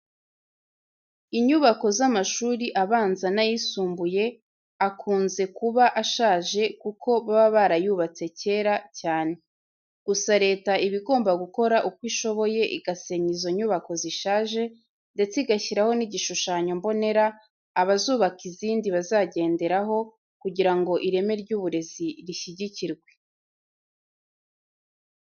Inyubako z'amashuri abanza n'ay'isumbuye akunze kuba ashaje kuko baba barayubatse kera cyane. Gusa Leta iba igomba gukora uko ishoboye igasenya izo nyubako zishaje ndetse igashyiraho n'igishushanyo mbonera abazubaka izindi bazagenderaho kugira ngo ireme ry'uburezi rishyigikirwe.